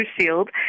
Shield